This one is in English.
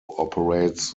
operates